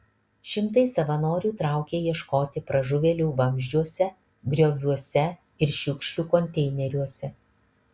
šimtai savanorių traukė ieškoti pražuvėlių vamzdžiuose grioviuose ir šiukšlių konteineriuose